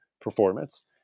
performance